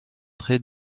très